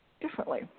differently